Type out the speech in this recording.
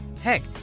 heck